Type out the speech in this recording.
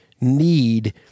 need